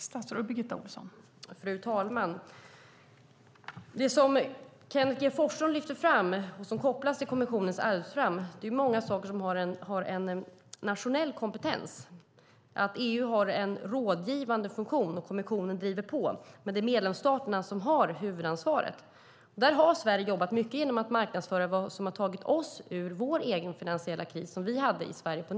Fru talman! Många av de saker som Kenneth G Forslund lyfter fram och som kopplas till kommissionens arbetsprogram har en nationell kompetens. EU har en rådgivande funktion, och kommissionen driver på, men medlemsstaterna har huvudansvaret. Här har Sverige jobbat mycket genom att marknadsföra vad som tog oss ur den finansiella kris som Sverige hade på 90-talet.